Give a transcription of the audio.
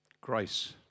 grace